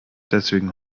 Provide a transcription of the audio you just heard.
deswegen